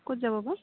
ক'ত যাব বা